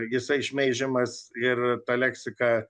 jisai šmeižiamas ir ta leksika